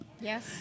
Yes